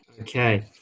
Okay